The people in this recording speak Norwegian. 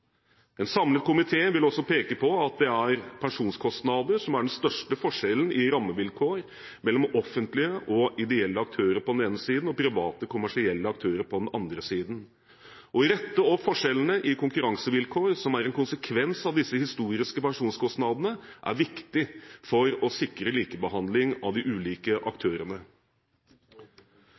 En samlet komité vil også peke på at det er pensjonskostnader som er den største forskjellen i rammevilkår mellom offentlige og ideelle aktører på den ene siden og private kommersielle aktører på den andre siden. Å rette opp forskjellene i konkurransevilkår, som er en konsekvens av disse historiske pensjonskostnadene, er viktig for å sikre likebehandling av de ulike aktørene.